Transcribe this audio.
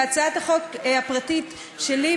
והצעת החוק הפרטית שלי,